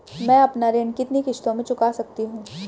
मैं अपना ऋण कितनी किश्तों में चुका सकती हूँ?